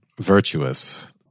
virtuous